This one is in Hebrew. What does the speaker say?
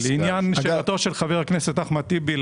לשאלתו של חבר הכנסת טיבי,